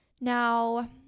Now